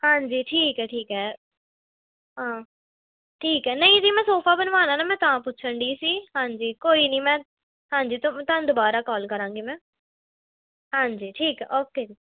ਹਾਂਜੀ ਠੀਕ ਹੈ ਠੀਕ ਹੈ ਹਾਂ ਠੀਕ ਹੈ ਨਹੀਂ ਜੀ ਮੈਂ ਸੋਫਾ ਬਣਵਾਉਣਾ ਨਾ ਮੈਂ ਤਾਂ ਪੁੱਛਣ ਡਈ ਸੀ ਹਾਂਜੀ ਕੋਈ ਨੀ ਮੈਂ ਹਾਂਜੀ ਤੁਹ ਤੁਹਾਨੂੰ ਦੁਬਾਰਾ ਕੋਲ ਕਰਾਂਗੀ ਮੈਂ ਹਾਂਜੀ ਠੀਕ ਆ ਓਕੇ ਜੀ